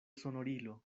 sonorilo